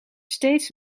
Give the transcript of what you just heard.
steeds